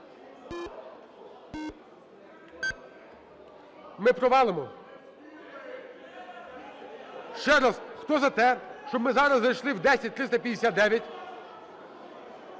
Ми провалимо. Ще раз. Хто за те, щоб ми зараз зайшли в 10359?